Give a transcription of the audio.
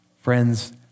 Friends